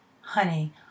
honey